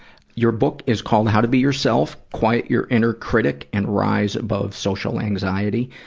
your book is called how to be yourself quiet your inner critic and rise above social anxiety.